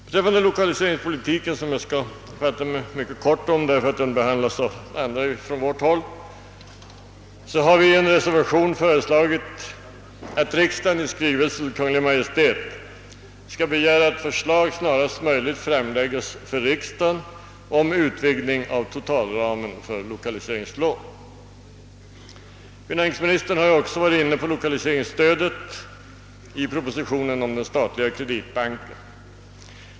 Beträffande lokaliseringspolitiken, som jag skall fatta mig mycket kort om, därför att den behandlas av andra talare från vårt håll, har vi i en reservation föreslagit, att riksdagen i skrivelse till Kungl. Maj:t skall begära, att förslag snarast möjligt framläggs för riksdagen om utvidgning av totalramen för lokaliseringslån. Finansministern har också varit inne på lokaliseringsstödet i propositionen om den statliga kreditbanken.